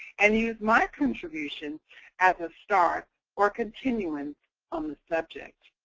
and use my contribution as a start or continuance on the subject.